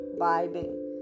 vibing